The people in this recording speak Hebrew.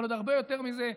אבל עוד הרבה יותר מזה,